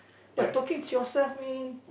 you're talking to yourself man